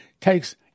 Takes